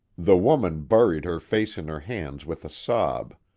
the woman buried her face in her hands with a sob,